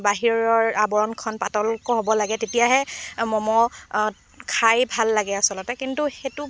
বাহিৰৰ আৱৰণখন পাতলকৈ হ'ব লাগে তেতিয়াহে ম'মো খাই ভাল লাগে আচলতে কিন্তু সেইটো